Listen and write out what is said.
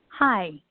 Hi